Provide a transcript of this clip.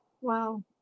Wow